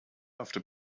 after